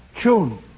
June